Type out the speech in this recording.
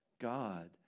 God